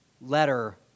letter